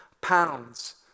pounds